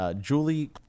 Julie